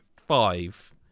five